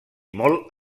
molt